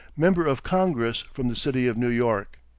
member of congress from the city of new york.